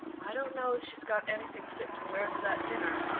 i don't know as she's got anything fit to wear to that dinner,